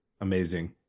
amazing